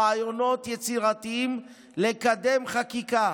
רעיונות יצירתיים לקדם חקיקה